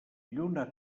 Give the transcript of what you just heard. lluna